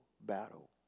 battle